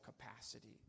capacity